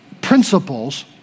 principles